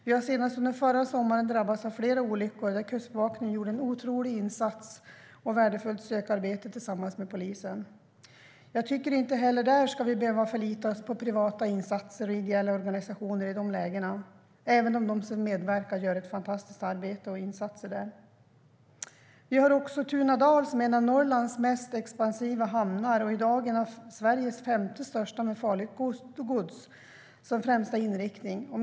Vi har senast under förra sommaren drabbats av flera olyckor där Kustbevakningen gjorde en otrolig insats och värdefullt sökarbete tillsammans med polisen. Jag tycker inte att vi heller där ska behöva förlita oss på privata insatser eller ideella organisationer, även om de som medverkar vid sådana tillfällen gör fantastiska insatser. Vi har också Tunadal, som är en av Norrlands mest expansiva hamnar och i dag är en av Sveriges femte största med farligt gods som främsta inriktning.